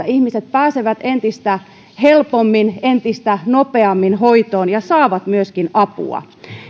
ihmiset pääsevät entistä helpommin entistä nopeammin hoitoon ja saavat myöskin apua